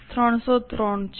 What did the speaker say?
303 છે